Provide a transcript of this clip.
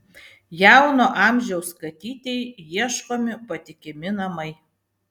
jauno amžiaus katytei ieškomi patikimi namai